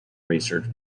research